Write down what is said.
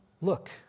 look